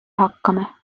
hakkame